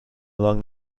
along